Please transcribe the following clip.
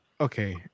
Okay